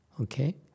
Okay